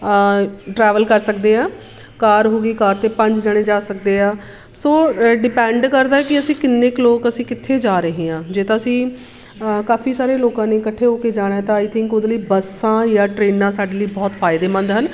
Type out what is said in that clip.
travel ਕਰ ਸਕਦੇ ਹਾਂ ਕਾਰ ਹੋ ਗਈ ਕਾਰ 'ਤੇ ਪੰਜ ਜਣੇ ਜਾ ਸਕਦੇ ਹਾਂ ਸੋ ਡਿਪੈਂਡ ਕਰਦਾ ਕਿ ਅਸੀਂ ਕਿੰਨੇ ਕੁ ਲੋਕ ਅਸੀਂ ਕਿੱਥੇ ਜਾ ਰਹੇ ਹਾਂ ਜੇ ਤਾਂ ਅਸੀਂ ਕਾਫ਼ੀ ਸਾਰੇ ਲੋਕਾਂ ਨੇ ਇਕੱਠੇ ਹੋ ਕੇ ਜਾਣਾ ਤਾਂ ਆਈ ਥਿੰਕ ਉਹਦੇ ਲਈ ਬੱਸਾਂ ਜਾਂ ਟਰੇਨਾਂ ਸਾਡੇ ਲਈ ਬਹੁਤ ਫਾਇਦੇਮੰਦ ਹਨ